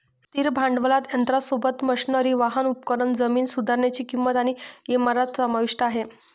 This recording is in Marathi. स्थिर भांडवलात यंत्रासोबत, मशनरी, वाहन, उपकरण, जमीन सुधारनीची किंमत आणि इमारत समाविष्ट आहे